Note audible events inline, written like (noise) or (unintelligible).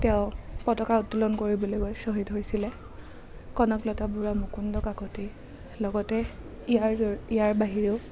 তেওঁ পতাকা উত্তোলন কৰিবলৈ গৈ শ্বহীদ হৈছিলে কনকলতা বৰুৱা মুকুন্দ কাকতি লগতে ইয়াৰ (unintelligible) ইয়াৰ বাহিৰেও